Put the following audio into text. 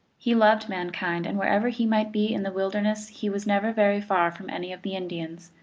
he loved mankind, and wherever he might be in the wilderness he was never very far from any of the indians.